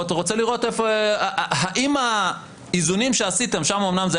רוצה לראות האם האיזונים שעשיתם שם אומנם זה